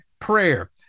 prayer